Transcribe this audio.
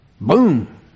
boom